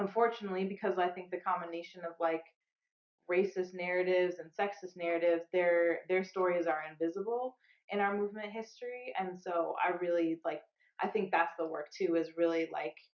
unfortunately because i think the combination of like racist narrative and sexist narrative there their stories are invisible and i made history and so i really like i think that the work too is really like